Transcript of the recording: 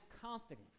confident